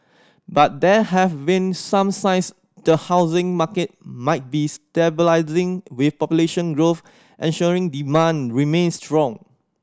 but there have been some signs the housing market might be stabilising with population growth ensuring demand remains strong